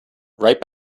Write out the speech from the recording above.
right